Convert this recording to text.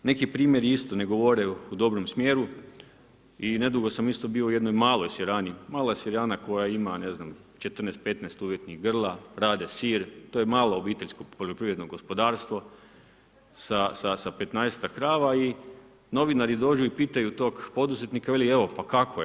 Neki primjeri isto ne govore u dobrom smjeru i nedugo sam isto bio u jednoj maloj sirani, mala sirana koja ima ne znam, 14, 15 ... grla, rade sir, to je malo obiteljsko poljoprivredno gospodarstvo sa 15-ak krava i novinari dođu i pitaju tog poduzetnika, veli evo, pa kako je?